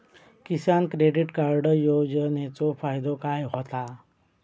किसान credit card योजनेचो फायदो काय होता?